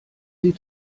sie